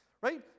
Right